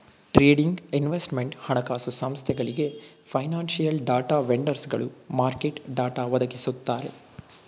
trading, investment, ಹಣಕಾಸು ಸಂಸ್ಥೆಗಳಿಗೆ, financial data ವೆಂಡರ್ಸ್ಗಳು ಮಾರ್ಕೆಟ್ ಡಾಟಾ ಒದಗಿಸುತ್ತಾರೆ